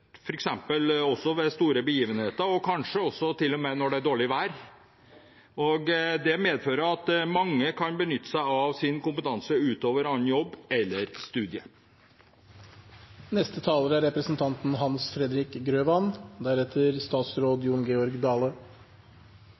kanskje også når det er dårlig vær. Det medfører at mange kan benytte seg av sin kompetanse i annen jobb eller studier. Det er